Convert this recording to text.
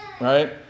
Right